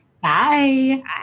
Bye